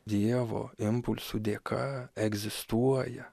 dievo impulsų dėka egzistuoja